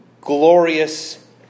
glorious